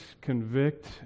convict